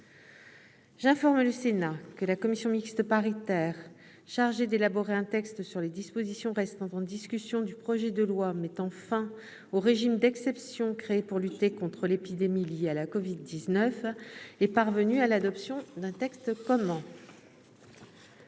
J'informe le Sénat que la commission mixte paritaire chargée d'élaborer un texte sur les dispositions restant en discussion du projet de loi mettant fin aux régimes d'exception créés pour lutter contre l'épidémie liée à la covid-19 est parvenue à l'adoption d'un texte commun.